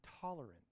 tolerant